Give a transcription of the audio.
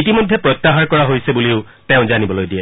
ইতিমধ্যে প্ৰত্যাহাৰ কৰা হৈছে বুলিও তেওঁ জানিবলৈ দিয়ে